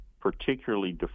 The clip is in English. particularly